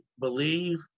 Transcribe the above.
believe